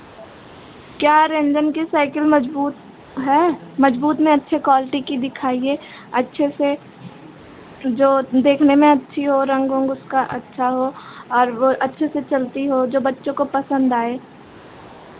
क्या रेंजन की साइकिल मजबूत है मजबूत में अच्छे क्वालिटी की दिखाइये अच्छे से जो देखने में अच्छी हो रंग उंग उसका अच्छा हो और वो अच्छे से चलती हो जो बच्चों को पसंद आए